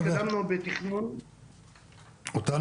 לפני המתאר המאושר גם הבתים בהיתר צריך להרוס בסאג'ור.